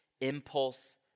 impulse